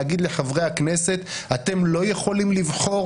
להגיד לחברי הכנסת: אתם לא יכולים לבחור